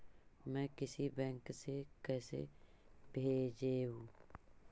मैं किसी बैंक से कैसे भेजेऊ